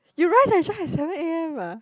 you rise and shine at seven a_m ah